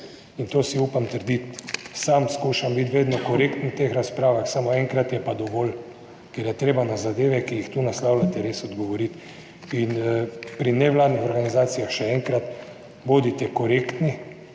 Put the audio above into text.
To si upam trditi. Sam skušam biti vedno korekten v teh razpravah, ampak enkrat je pa dovolj, ker je treba na zadeve, ki jih tu naslavljate, res odgovoriti. In pri nevladnih organizacijah, še enkrat, bodite korektni,